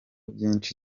byinshi